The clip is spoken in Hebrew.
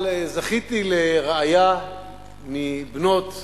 אבל זכיתי לרעיה מבנות עקרון,